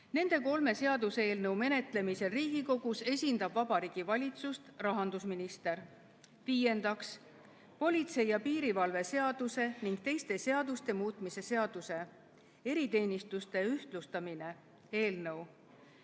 Nende kolme seaduseelnõu menetlemisel Riigikogus esindab Vabariigi Valitsust rahandusminister. Viiendaks, politsei ja piirivalve seaduse ning teiste seaduste muutmise seaduse (eriteenistuste ühtlustamine) eelnõu.